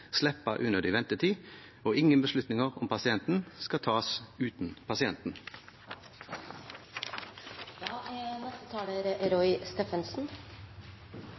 slippe unødig ventetid, og ingen beslutninger om pasienten skal tas uten pasienten.